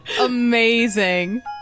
amazing